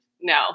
No